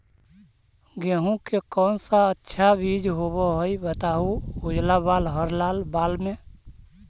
गेहूं के कौन सा अच्छा बीज होव है बताहू, उजला बाल हरलाल बाल में?